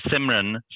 Simran